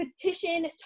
petition